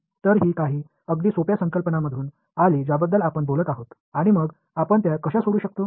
तर ही काही अगदी सोप्या संकल्पनांमधून आली ज्याबद्दल आपण बोलत आहोत आणि मग आपण त्या कशा सोडवू शकतो